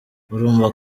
urumva